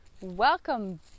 Welcome